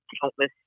countless